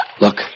Look